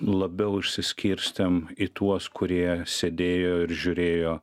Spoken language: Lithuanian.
labiau išsiskirstėme į tuos kurie sėdėjo ir žiūrėjo